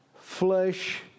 flesh